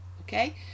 Okay